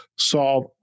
solve